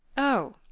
oh,